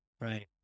right